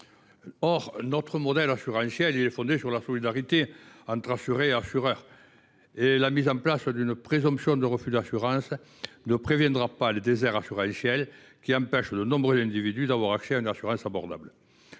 Or notre modèle assurantiel est fondé sur la solidarité entre l’assuré et l’assureur. De plus, la mise en place d’une présomption de refus d’assurance ne préviendra pas les déserts assurantiels, qui empêchent de nombreux individus d’avoir accès à une assurance à